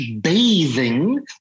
bathing